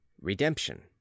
Redemption